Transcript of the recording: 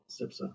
SIPSa